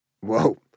whoa